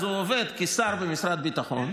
הוא עובד כשר במשרד הביטחון.